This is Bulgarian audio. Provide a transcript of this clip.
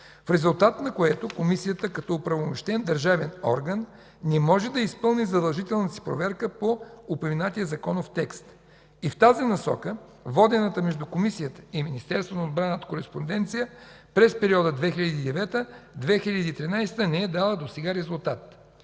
в резултат на което Комисията, като оправомощен държавен орган, не може да изпълни задължителната си проверка по упоменатия законов текст. В тази насока водената между Комисията и Министерството на отбраната кореспонденция през периода 2009 – 2013 г. не е дала досега резултат.